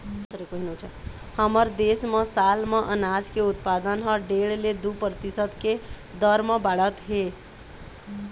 हमर देश म साल म अनाज के उत्पादन ह डेढ़ ले दू परतिसत के दर म बाढ़त हे